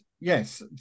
Yes